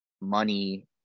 money